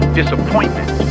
disappointment